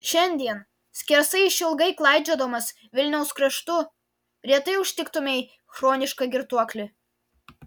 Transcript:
šiandien skersai išilgai klaidžiodamas vilniaus kraštu retai užtiktumei chronišką girtuoklį